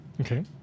Okay